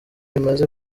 imaze